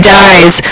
dies